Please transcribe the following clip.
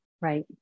right